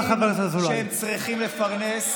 והם צריכים לפרנס.